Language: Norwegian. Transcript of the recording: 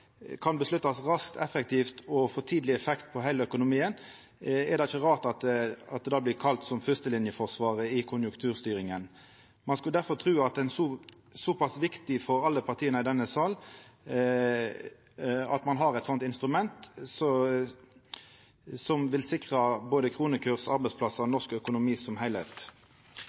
raskt, effektivt og dei får tidleg effekt på heile økonomien, er det ikkje rart at det blir kalla førstelinjeforsvaret i konjunkturstyringa. Ein skulle difor tru at det er viktig for alle partia i denne salen at ein har eit slikt instrument som vil sikra både kronekurs, arbeidsplassar og norsk økonomi som